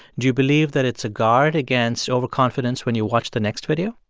do you believe that it's a guard against overconfidence when you watch the next video?